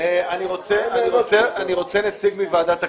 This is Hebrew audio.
אני רוצה נציג מוועדת הכנסת.